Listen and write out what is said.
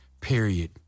Period